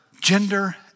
gender